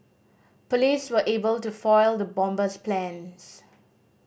police were able to foil the bomber's plans